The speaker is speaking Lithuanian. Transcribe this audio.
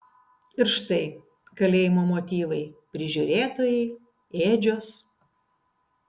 ir štai kalėjimo motyvai prižiūrėtojai ėdžios